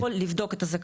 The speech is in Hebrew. אתה יכול לבדוק את הזכאות,